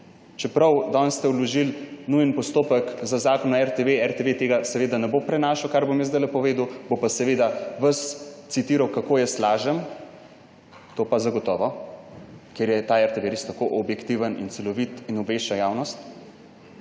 čeprav ste danes vložili nujni postopek za zakon o RTV. RTV tega ne bo prenašal, kar bom jaz sedaj povedal, bo pa vas citiral, kako jaz lažem. To pa zagotovo, ker je ta RTV res tako objektiven in celovit in obvešča javnost.